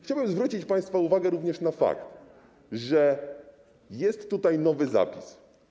Chciałbym zwrócić państwa uwagę również na fakt, że jest tutaj nowy zapis.